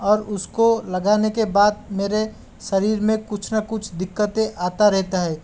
और उसको लगाने बाद मेरे शरीर में कुछ ना कुछ दिककतें आता रहता है